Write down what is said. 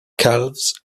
calves